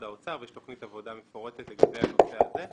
האוצר ויש תוכנית עבודה מפורטת לגבי הנושא הזה,